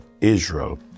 Israel